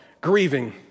grieving